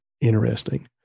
interesting